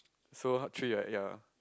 so h~ three right ya